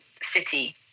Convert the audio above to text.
city